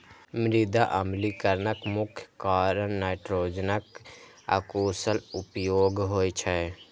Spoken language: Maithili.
मृदा अम्लीकरणक मुख्य कारण नाइट्रोजनक अकुशल उपयोग होइ छै